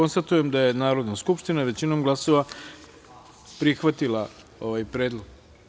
Konstatujem da je Narodna skupština većinom glasova prihvatila ovaj predlog.